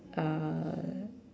uh